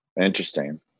interesting